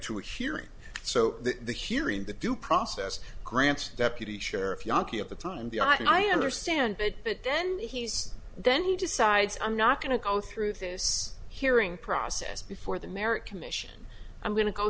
to hear it so the hurin the due process grants deputy sheriff yankee at the time the i understand it but then he's then he decides i'm not going to go through this hearing process before the marriage commission i'm going to go